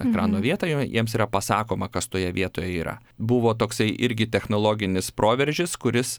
ekrano vietą jiem jiems yra pasakoma kas toje vietoje yra buvo toksai irgi technologinis proveržis kuris